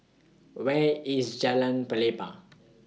Where IS Jalan Pelepah